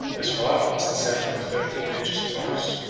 as far as the seven or thirteen ridges of rocks,